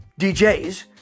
DJs